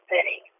City